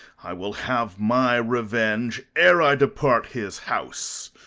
i will have my revenge ere i depart his house.